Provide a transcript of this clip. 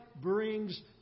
brings